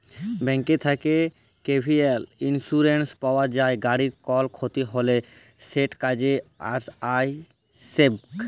bank থ্যাকে vehicle insurance পাউয়া যায়, গাড়ির কল খ্যতি হ্যলে সেট কাজে আইসবেক